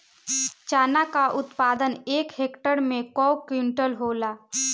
चना क उत्पादन एक हेक्टेयर में कव क्विंटल होला?